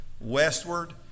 westward